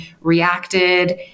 reacted